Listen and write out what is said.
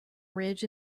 ridge